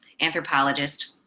anthropologist